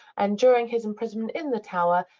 and during his imprisonment in the tower,